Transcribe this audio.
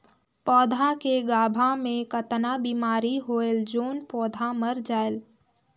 पौधा के गाभा मै कतना बिमारी होयल जोन पौधा मर जायेल?